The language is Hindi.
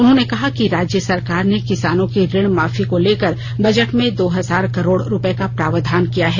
उन्होंने कहा कि राज्य सरकार ने किसानों की ऋण माफी को लेकर बजट में दो हजार करोड़ रुपए का प्रावधान किया है